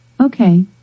Okay